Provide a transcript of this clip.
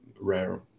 rare